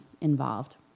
involved